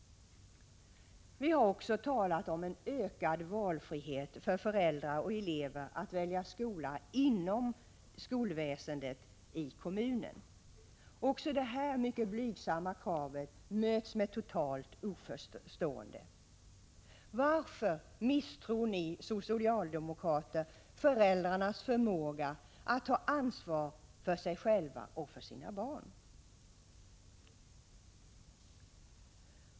Vi har också talat om en ökad valfrihet för föräldrar och elever att välja skola inom skolväsendet i kommunen. Också detta blygsamma krav möts med totalt oförstående. Varför misstror ni socialdemokrater föräldrarnas förmåga att ta ansvar för sig själva och för sina barn?